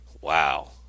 Wow